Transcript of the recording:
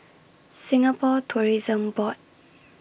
Singapore Tourism Board